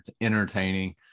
entertaining